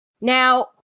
Now